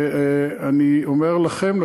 ואני אומר לכם,